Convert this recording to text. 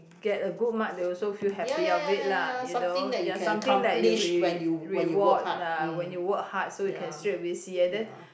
get a good mark they also feel happy of it lah you know ya something like you re~ reward ah when you work hard so you can straightaway see and then